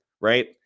right